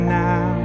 now